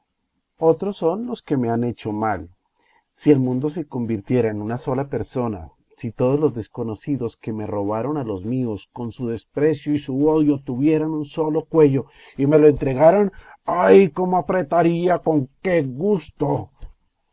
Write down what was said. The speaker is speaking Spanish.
otros son los que me han hecho mal si el mundo se convirtiera en una sola persona si todos los desconocidos que me robaron a los míos con su desprecio y su odio tuvieran un solo cuello y me lo entregaran ay cómo apretaría con qué gusto